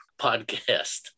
podcast